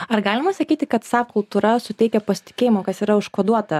ar galima sakyti kad sap kultūra suteikia pasitikėjimo kas yra užkoduota